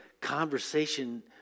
conversation